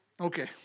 Okay